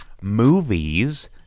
movies